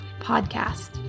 podcast